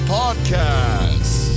podcast